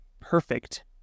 perfect